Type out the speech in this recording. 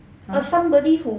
!huh!